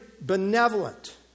benevolent